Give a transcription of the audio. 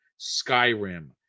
skyrim